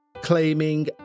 claiming